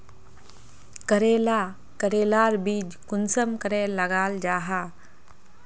करेला करेलार बीज कुंसम करे लगा जाहा?